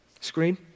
screen